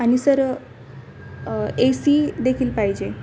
आणि sir A C देखील पाहिजे